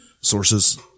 Sources